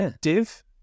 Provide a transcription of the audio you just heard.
div